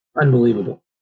unbelievable